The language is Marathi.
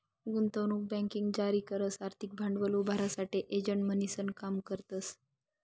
गुंतवणूक बँकिंग जारी करस आर्थिक भांडवल उभारासाठे एजंट म्हणीसन काम करतस